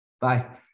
Bye